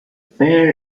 pair